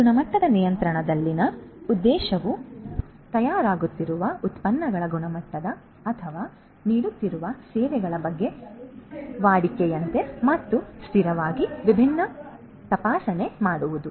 ಆದ್ದರಿಂದ ಗುಣಮಟ್ಟದ ನಿಯಂತ್ರಣದಲ್ಲಿನ ಉದ್ದೇಶವು ತಯಾರಾಗುತ್ತಿರುವ ಉತ್ಪನ್ನಗಳ ಗುಣಮಟ್ಟ ಅಥವಾ ನೀಡುತ್ತಿರುವ ಸೇವೆಗಳ ಬಗ್ಗೆ ವಾಡಿಕೆಯಂತೆ ಮತ್ತು ಸ್ಥಿರವಾಗಿ ವಿಭಿನ್ನ ತಪಾಸಣೆ ಮಾಡುವುದು